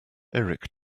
eric